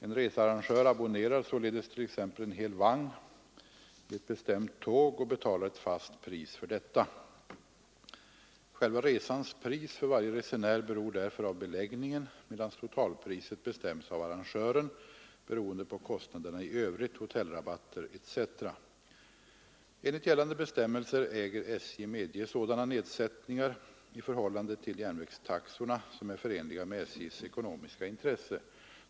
En researrangör abonnerar således t.ex. en hel vagn i ett bestämt tåg och betalar ett fast pris för detta. Själva resans pris för varje resenär beror därför av beläggningen, medan totalpriset bestäms av arrangören beroende på kostnaderna i övrigt, hotellrabatter etc. Enligt gällande bestämmelser äger SJ medge sådana nedsättningar i förhållande till järnvägstaxorna som är förenliga med SJ:s ekonomiska intresse.